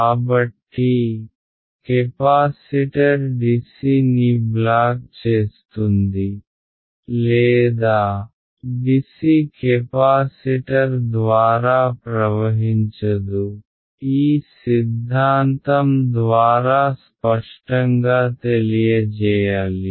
కాబట్టి capacitor DC ని block చేస్తుంది లేదా డిసి కెపాసిటర్ ద్వారా ప్రవహించదు ఈ సిద్ధాంతం ద్వారా స్పష్టంగా తెలియజేయాలి